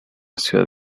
ciudad